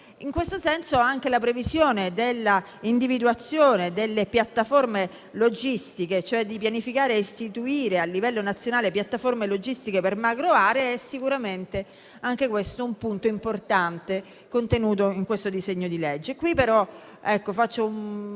In questo senso, anche la previsione dell'individuazione delle piattaforme logistiche (cioè pianificare e istituire a livello nazionale piattaforme logistiche per macroaree) è sicuramente un punto importante contenuto in questo disegno di legge.